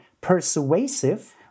persuasive